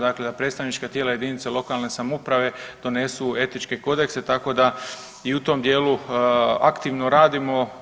Dakle, da predstavnička tijela jedinica lokalne samouprave donesu etičke kodekse tako da i u tom dijelu aktivno radimo.